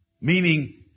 meaning